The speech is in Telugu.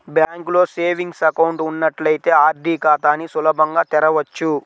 బ్యాంకులో సేవింగ్స్ అకౌంట్ ఉన్నట్లయితే ఆర్డీ ఖాతాని సులభంగా తెరవచ్చు